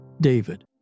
David